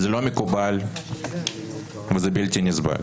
זה לא מקובל, וזה בלתי נסבל.